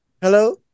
Hello